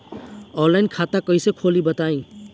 Online खाता कइसे खोली बताई?